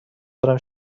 دارم